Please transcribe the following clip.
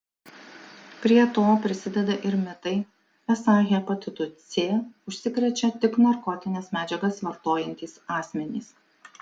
prie to prisideda ir mitai esą hepatitu c užsikrečia tik narkotines medžiagas vartojantys asmenys